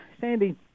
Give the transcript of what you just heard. Sandy